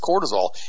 cortisol